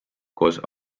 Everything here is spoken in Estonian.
koos